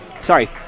Sorry